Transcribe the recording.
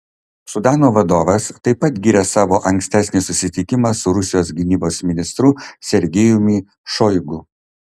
sudano vadovas taip pat gyrė savo ankstesnį susitikimą su rusijos gynybos ministru sergejumi šoigu